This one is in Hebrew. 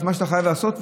את מה שאתה חייב לעשות,